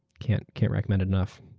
can't can't recommend it enough.